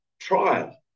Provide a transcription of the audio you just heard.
trial